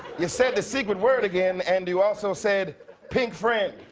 you said the secret word again. and you also said pink friend.